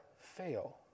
fail